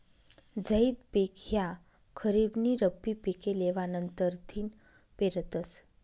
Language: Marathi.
झैद पिक ह्या खरीप नी रब्बी पिके लेवा नंतरथिन पेरतस